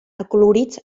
acolorits